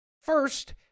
First